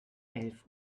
elf